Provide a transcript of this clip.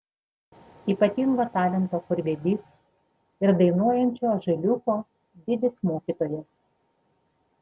ypatingo talento chorvedys ir dainuojančio ąžuoliuko didis mokytojas